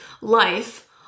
life